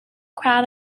crowd